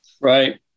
Right